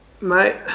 mate